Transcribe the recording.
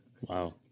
Wow